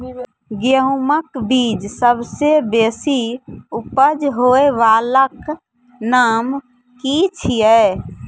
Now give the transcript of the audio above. गेहूँमक बीज सबसे बेसी उपज होय वालाक नाम की छियै?